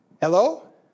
Hello